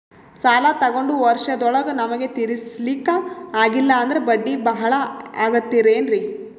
ಸಾಲ ತೊಗೊಂಡು ವರ್ಷದೋಳಗ ನಮಗೆ ತೀರಿಸ್ಲಿಕಾ ಆಗಿಲ್ಲಾ ಅಂದ್ರ ಬಡ್ಡಿ ಬಹಳಾ ಆಗತಿರೆನ್ರಿ?